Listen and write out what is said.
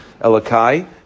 Elakai